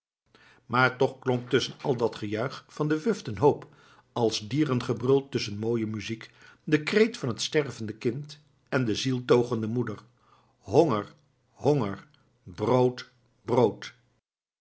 maar toch klonk tusschen al dat gejuich van den wuften hoop als dierengebrul tusschen mooie muziek de kreet van het stervende kind en de zieltogende moeder honger honger brood brood